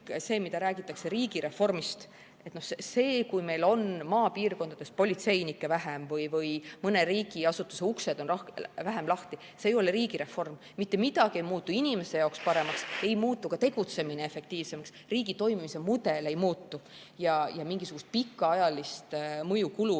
see, mida räägitakse riigireformist, see, kui meil on maapiirkondades politseinikke vähem või kui mõne riigiasutuse uksed on vähem lahti, see ei ole riigireform. Mitte midagi ei muutu inimese jaoks paremaks, ei muutu ka tegutsemine efektiivsemaks. Riigi toimimise mudel ei muutu ja mingisugust pikaajalist mõju kuludele,